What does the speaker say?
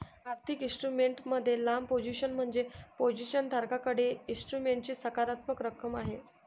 आर्थिक इन्स्ट्रुमेंट मध्ये लांब पोझिशन म्हणजे पोझिशन धारकाकडे इन्स्ट्रुमेंटची सकारात्मक रक्कम आहे